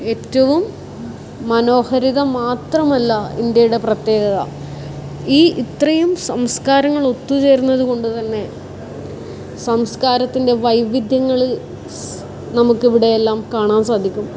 ഏറ്റവും മനോഹരിത മാത്രമല്ല ഇന്ത്യയുടെ പ്രത്യേകത ഈ ഇത്രയും സംസ്കാരങ്ങൾ ഒത്തുചേർന്നത് കൊണ്ട് തന്നെ സംസ്കാരത്തിൻ്റെ വൈവിധ്യങ്ങൾ നമുക്ക് ഇവിടെയെല്ലാം കാണാൻ സാധിക്കും